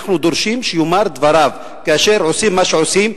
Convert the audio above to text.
אנחנו דורשים שהוא יאמר את דבריו כאשר עושים מה שעושים,